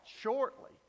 shortly